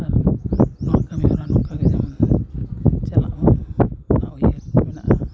ᱟᱨ ᱱᱚᱣᱟ ᱠᱟᱹᱢᱤ ᱦᱚᱨᱟ ᱱᱚᱝᱠᱟᱜᱮ ᱡᱮᱢᱚᱱ ᱪᱟᱞᱟᱜ ᱦᱚᱸ ᱪᱟᱞᱟᱜ ᱩᱭᱦᱟᱹᱨ ᱫᱚ ᱢᱮᱱᱟᱜᱼᱟ